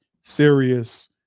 serious